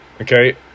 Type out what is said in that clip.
okay